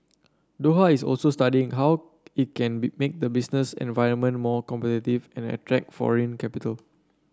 Doha is also studying how it can be make the business environment more competitive and attract foreign capital